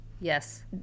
Yes